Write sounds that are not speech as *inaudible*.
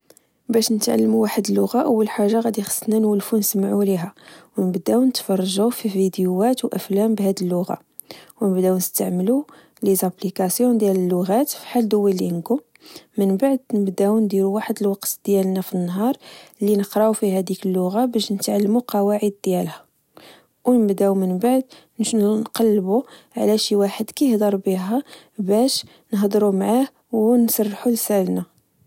باش نتعلمو واحد اللغة، أول حاجة غدي خصنا نولفو نسمعو ليها، ونبداو نتفرجو في ڤديوات و أفلام بهاد اللغة ، ونبداو نستعملو لزاپلكاسيو ديال اللغات فحال دويلينچو، من بعد نبداو نديرو واحد الوقت ديالنا في النهار لنقراو فيه هديك اللغة باش نتعلمو قواعد ديالها، أو نبداو من بعد *hesitation* نقلبو على شواحد كهضر بيها باش نهضرو معاه ونسرحو لسانا